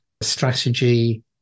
strategy